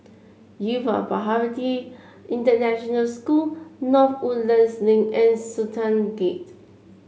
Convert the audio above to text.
Yuva Bharati International School North Woodlands Link and Sultan Gate